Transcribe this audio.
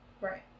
Right